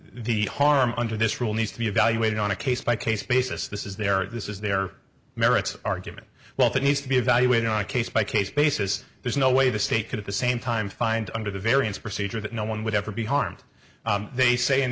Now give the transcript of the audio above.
the harm under this rule needs to be evaluated on a case by case basis this is their this is their merits argument well that needs to be evaluated on a case by case basis there's no way the state could at the same time find under the variance procedure that no one would ever be harmed they say in